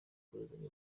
kohereza